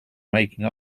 making